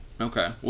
Okay